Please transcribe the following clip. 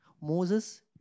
Moses